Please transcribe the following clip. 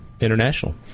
international